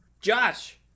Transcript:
Josh